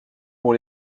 pour